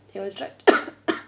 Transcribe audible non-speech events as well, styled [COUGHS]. he always tried t~ [COUGHS]